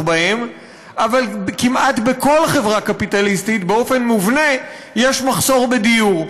בהם וכמעט בכל חברה קפיטליסטית באופן מובנה יש מחסור בדיור.